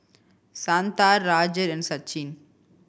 Santha Rajat and Sachin